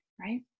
right